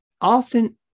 often